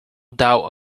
doubt